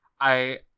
I-